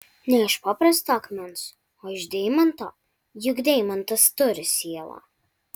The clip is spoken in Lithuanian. ne iš paprasto akmens o iš deimanto juk deimantas turi sielą